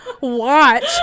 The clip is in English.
watch